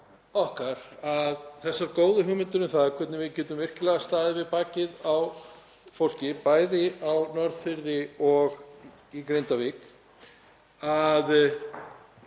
okkar að þessum góðu hugmyndum um það hvernig við getum virkilega staðið við bakið á fólki, bæði á Norðfirði og í Grindavík,